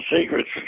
secrets